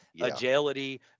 agility